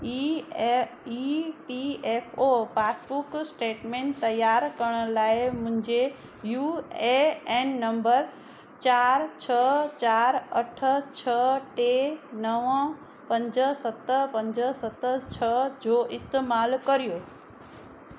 E A E P F O passbook statement तयार करण लाइ मुंहिंजे यू ए एन नंबर चारि छह चारि अठ छह टे नव पंज सत पंज सत छह जो इस्तेमाल कयो